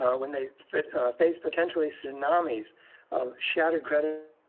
when they face potentially tsunamis shattered credibility